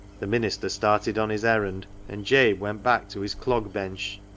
the minister started on his errand, and jabe went back to his clog-bench.